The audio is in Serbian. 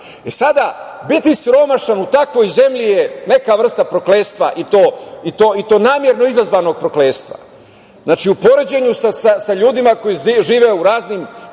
raste. Biti siromašan u takvoj zemlji je neka vrsta prokletstva i to namerno izazvanog prokletstva. Znači, u poređenju sa ljudima koji žive u raznim